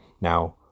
Now